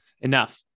Enough